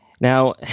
Now